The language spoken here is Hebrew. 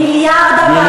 מיליארד אמרתי.